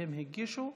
והם הגישו.